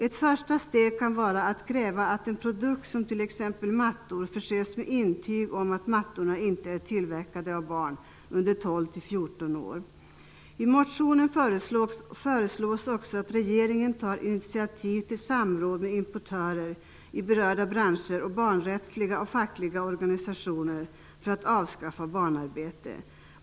Ett första steg kan vara att kräva att produkter som t.ex. mattor förses med intyg på att de inte är tillverkade av barn under 12--14 år. I motionen föreslås också att regeringen tar initiativ till samråd med importörer i berörda branscher samt barnrättsliga och fackliga organisationer för att avskaffa barnarbete.